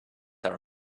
are